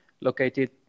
located